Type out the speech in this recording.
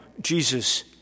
Jesus